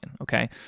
okay